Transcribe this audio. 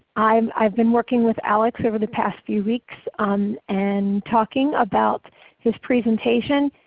i've i've been working with alex over the past few weeks and talking about his presentation.